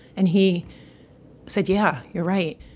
and he said, yeah, you're right.